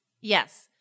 Yes